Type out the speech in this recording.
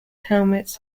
helmets